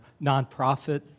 nonprofit